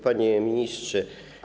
Panie Ministrze!